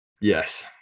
Yes